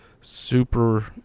super